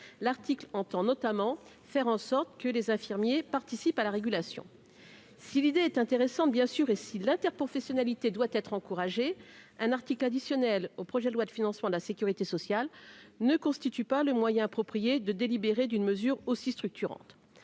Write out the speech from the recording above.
l'article entend notamment faire en sorte que les infirmiers participe à la régulation si l'idée est intéressante bien sûr et si l'interprofessionnalité doit être encouragé un article additionnel au projet de loi de financement de la Sécurité sociale ne constitue pas le moyen approprié de délibéré d'une mesure aussi structurante